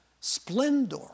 splendor